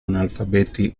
analfabeti